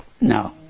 no